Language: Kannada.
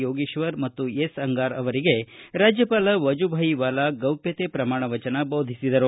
ಯೋಗೀಶ್ವರ ಮತ್ತು ಎಸ್ ಅಂಗಾರ ಅವರಿಗೆ ರಾಜ್ಯಪಾಲ ವಜುಭಾಯಿ ವಾಲಾ ಗೌಪ್ಟತೆ ಪ್ರಮಾಣ ವಚನ ಬೋಧಿಸಿದರು